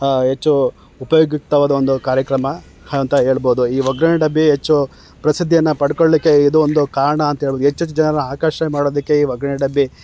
ಹೆಚ್ಚು ಉಪಯುಕ್ತವಾದ ಒಂದು ಕಾರ್ಯಕ್ರಮ ಅಂತ ಹೇಳ್ಬೋದು ಈ ಒಗ್ಗರಣೆ ಡಬ್ಬಿ ಹೆಚ್ಚು ಪ್ರಸಿದ್ದಿಯನ್ನು ಪಡ್ಕೊಳ್ಲಿಕ್ಕೆ ಇದು ಒಂದು ಕಾರಣ ಅಂತ್ಹೇಳೋದ್ ಹೆಚ್ಚೆಚ್ಚು ಜನರ ಆಕರ್ಷಣೆ ಮಾಡೋದಕ್ಕೆಈ ಒಗ್ಗರಣೆ ಡಬ್ಬಿ